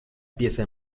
pieza